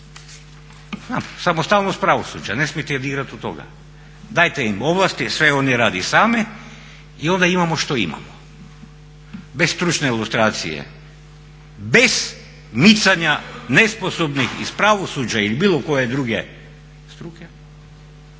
Samostalnost pravosuđa, ne smijete dirat u toga. Dajte im ovlasti, sve oni rade sami i onda imamo što imamo. Bez stručne lustracije, bez micanja nesposobnih iz pravosuđa ili bilo koje druge struke